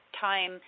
time